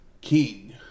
King